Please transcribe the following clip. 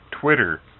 Twitter